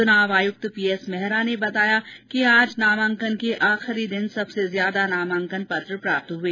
चुनाव आयुक्त पीएस मेहरा ने बताया कि आज नामांकन के आखिरी दिन सबसे ज्यादा नामांकन पत्र प्राप्त हुए